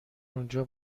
اونجا